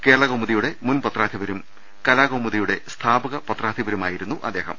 കേരള കൌമുദിയുടെ മുൻ പത്രാധിപരും കലാ കൌമുദിയുടെ സ്ഥാപക പത്രാധിപരുമായിരുന്നു അദ്ദേഹം